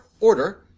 order